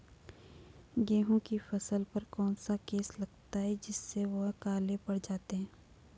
गेहूँ की फसल पर कौन सा केस लगता है जिससे वह काले पड़ जाते हैं?